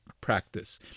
practice